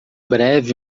breve